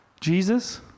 Jesus